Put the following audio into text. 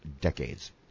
decades